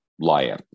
lion